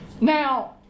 Now